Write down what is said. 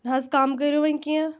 نہَ حظ کَم کٔرِو وۅنۍ کیٚنٛہہ